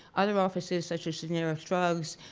other offices such as generic drugs,